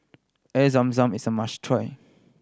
Air Zam Zam is a must try